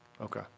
Okay